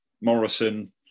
Morrison